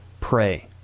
Pray